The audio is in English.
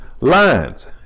lines